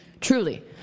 Truly